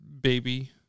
Baby